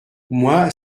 moi